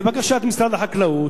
לבקשת משרד החקלאות,